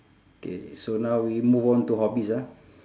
K so now we move on to hobbies ah